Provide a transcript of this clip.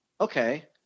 Okay